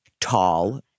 tall